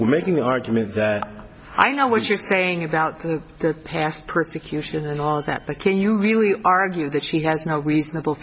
h making an argument that i know what you're saying about the past persecution and all that but can you really argue that she has no reasonable